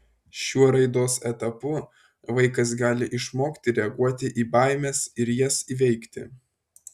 šiuo raidos etapu vaikas gali išmokti reaguoti į baimes ir jas įveikti